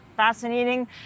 Fascinating